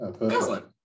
Excellent